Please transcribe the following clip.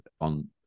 on